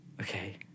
Okay